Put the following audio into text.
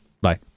Bye